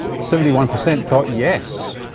seventy one percent thought yes.